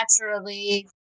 naturally